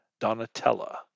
Donatella